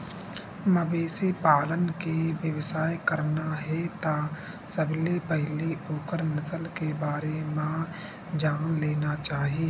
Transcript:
मवेशी पालन के बेवसाय करना हे त सबले पहिली ओखर नसल के बारे म जान लेना चाही